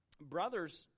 brothers